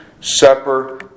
supper